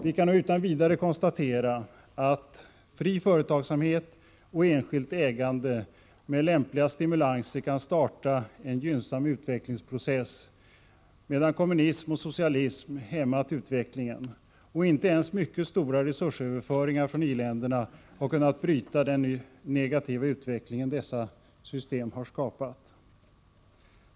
Vi kan utan vidare konstatera att fri företagsamhet och enskilt ägande med lämpliga stimulanser kan starta en gynnsam utvecklingsprocess, medan kommunism och socialism hämmat utvecklingen, och inte ens mycket stora resursöverföringar från i-länderna har kunnat bryta den negativa utveckling "dessa system har skapat.